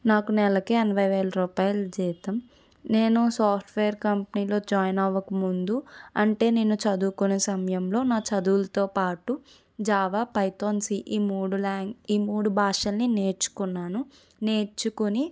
నాకు నెలకి ఎనభై వేల రూపాయలు జీతం నేను సాఫ్ట్వేర్ కంపెనీలో జాయిన్ అవక ముందు అంటే నేను చదువుకునే సమయంలో నా చదువులతో పాటు జావా పైథాన్ సీ ఈ మూడు ల్యాన్ ఈ మూడు భాషలని నేర్చుకున్నాను నేర్చుకొని